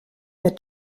wird